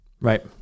Right